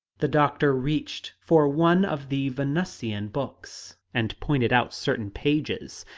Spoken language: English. the doctor reached for one of the venusian books, and pointed out certain pages.